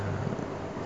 ah